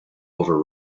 over